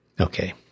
Okay